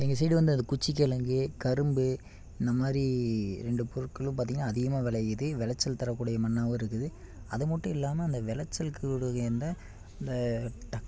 எங்கள் சைடு வந்து அது குச்சி கிழங்கு கரும்பு இந்த மாதிரி ரெண்டு பொருட்களும் பார்த்திங்கன்னா அதிகமாக விளையுது வெளைச்சல் தரக்கூடிய மண்ணாகவும் இருக்குது அது மட்டும் இல்லாமல் அந்த வெளைச்சலுக்கு எந்த அந்த டக்